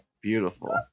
Beautiful